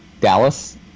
Dallas